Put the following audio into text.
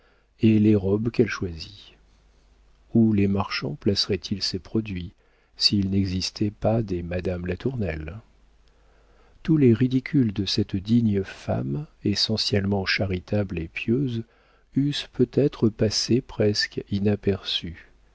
et les robes qu'elle choisit où les marchands placeraient ils ces produits s'il n'existait pas des madame latournelle tous les ridicules de cette digne femme essentiellement charitable et pieuse eussent peut-être passé presque inaperçus